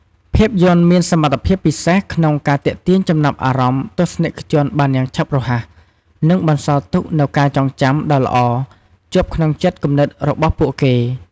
ភាពយន្តមានសមត្ថភាពពិសេសក្នុងការទាក់ទាញចំណាប់អារម្មណ៍ទស្សនិកជនបានយ៉ាងឆាប់រហ័ស និងបន្សល់ទុកនូវការចងចាំដ៏ល្អជាប់ក្នុងចិត្តគំនិតរបស់ពួកគេ។